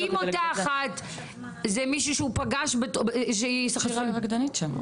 האם אותה אחת זה מישהי שהוא פגש --- שהיא רקדנית שם.